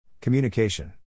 Communication